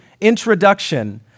introduction